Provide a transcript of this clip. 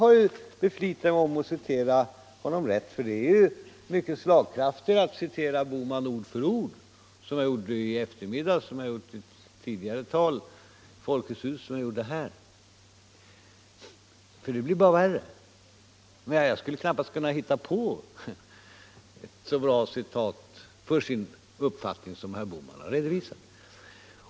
Jag har beslutat mig för att citera herr Bohman rätt, för det är mera slagkraftigt att citera herr Bohman ord för ord, som jag gjorde i eftermiddags och som jag har gjort i ett tidigare tal i Folkets hus. Då blir det nämligen bara värre; jag skulle knappast kunna hitta på så bra exempel på herr Bohmans uppfattning som de han själv redovisat.